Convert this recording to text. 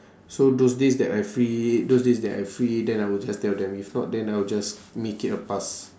so those days that I free those days that I free then I will just tell them if not then I will just make it a pass